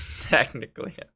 technically